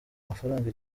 amafaranga